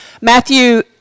Matthew